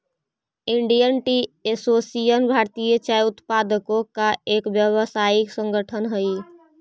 Indian tea association भारतीय चाय उत्पादकों का एक व्यावसायिक संगठन हई